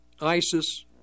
ISIS